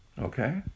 Okay